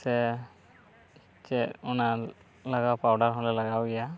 ᱥᱮ ᱪᱮᱫ ᱚᱱᱟ ᱞᱟᱜᱟᱣ ᱯᱟᱣᱰᱟᱨ ᱦᱚᱸᱞᱮ ᱞᱟᱦᱟᱣ ᱜᱮᱭᱟ